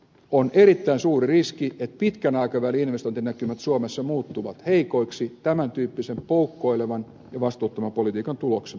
on erittäin suuri riski että pitkän aikavälin investointinäkymät suomessa muuttuvat heikoiksi tämän tyyppisen poukkoilevan ja vastuuttoman politiikan tuloksena